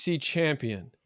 champion